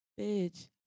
Bitch